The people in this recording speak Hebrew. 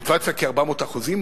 האינפלציה כ-400%?